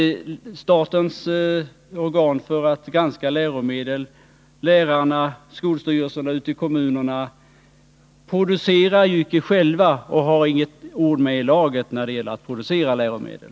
Statens organ för att granska läromedel, lärarna och skolstyrelserna ute i kommunerna producerar ju icke själva och har icke något ord med i laget när det gäller att producera läromedel.